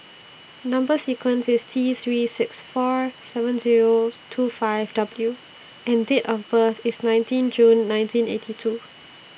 Number sequence IS T three six four seven zeros two five W and Date of birth IS nineteen June nineteen eighty two